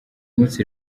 munsi